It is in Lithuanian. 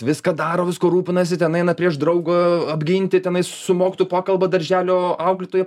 viską daro viskuo rūpinasi ten eina prieš draugą apginti tenais su mokytoju pakalba darželio auklėtoją